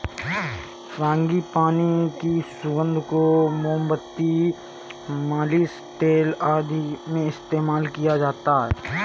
frangipani की सुगंध को मोमबत्ती, मालिश तेल आदि में इस्तेमाल किया जाता है